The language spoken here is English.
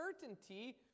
certainty